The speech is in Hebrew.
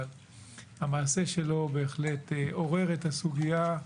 אבל המעשה שלו בהחלט עורר את הסוגיה,